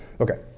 Okay